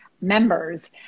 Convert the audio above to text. members